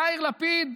יאיר לפיד,